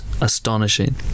astonishing